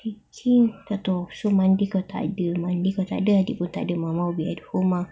actually tak tahu so monday kau takde monday kau takde adik pun takde mama will be at home ah